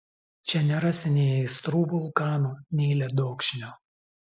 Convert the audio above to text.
čia nerasi nei aistrų vulkano nei ledokšnio